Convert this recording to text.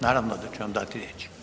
Naravno da ću vam dati riječ.